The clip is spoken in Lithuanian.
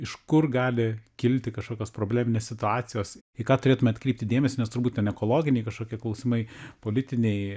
iš kur gali kilti kažkokios probleminės situacijos į ką turėtume atkreipti dėmesį nes turbūt ten ekologiniai kažkokie klausimai politiniai